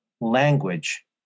language